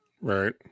right